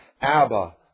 Abba